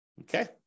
okay